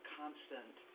constant